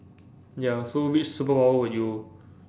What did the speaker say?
ya so which superpower would you